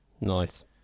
nice